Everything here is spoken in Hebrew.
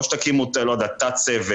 או שתקימו תת-צוות,